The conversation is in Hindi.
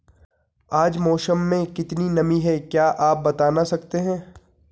आज मौसम में कितनी नमी है क्या आप बताना सकते हैं?